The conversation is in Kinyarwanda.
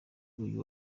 uyu